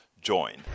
join